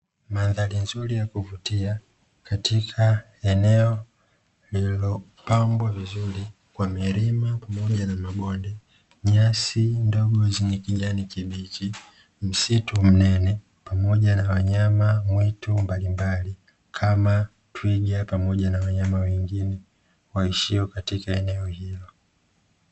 Mandhari nzuri ya kuvutia, katika eneo lililopambwa vizuri kwa milima pamoja na mabonde, nyasi ndogo, zenye kijani kibichi, msitu mnene, pamoja na wanyama mwitu mbalimbali, kama twiga pamoja na wanyama wengine waishio katika eneo hilo.